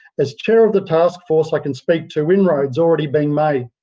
as chair of the taskforce, i can speak to inroads already being made.